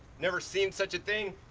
never seen such a thing.